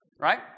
Right